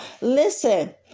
Listen